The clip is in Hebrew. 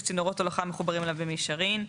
צינורות הולכה המחוברים אליו במישרין.